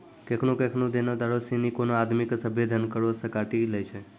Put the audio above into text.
केखनु केखनु देनदारो सिनी कोनो आदमी के सभ्भे धन करो से काटी लै छै